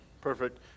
Perfect